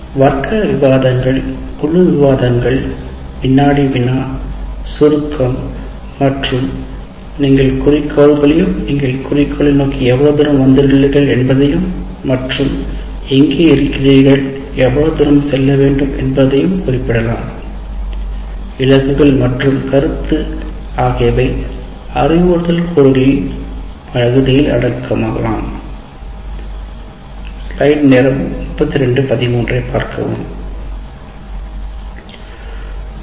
வர்க்க விவாதங்கள் குழு விவாதங்கள் வினாடி வினா சுருக்கம் மற்றும் நீங்கள் குறிக்கோள்களையும் நீங்கள் குறிக்கோளை நோக்கி எவ்வளவு தூரம் வந்துள்ளீர்கள் என்பதையும் மற்றும் எங்கே இருக்கிறீர்கள் எவ்வளவு தூரம் செல்ல வேண்டும் என்பதையும் குறிப்பிடலாம் இலக்குகள் மற்றும் கருத்து ஆகியவை அறிவுறுத்தல் கூறுகள் பகுதியில் அடங்கலாம்